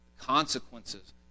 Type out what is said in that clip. consequences